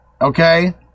Okay